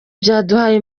byaduhaye